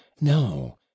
no